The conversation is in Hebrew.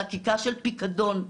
חקיקה של פיקדון,